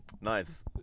Nice